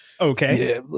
Okay